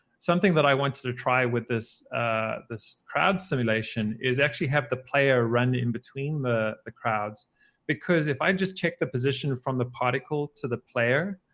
something that i wanted to try with this ah this crowd simulation is actually have the player run in between the the crowds because if i just check the position from the particle to the player,